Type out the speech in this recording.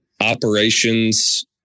operations